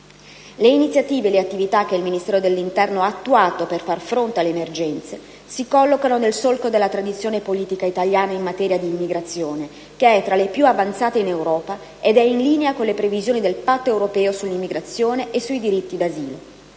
Le iniziative e le attività che il Ministero dell'interno ha attuato per far fronte alle emergenze si collocano nel solco della tradizione politica italiana in materia di immigrazione, che è tra le più avanzate in Europa ed è in linea con le previsioni del Patto europeo sull'immigrazione e sui diritti d'asilo.